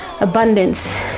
abundance